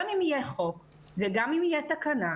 גם אם יהיה חוק וגם אם תהיה תקנה,